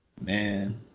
Man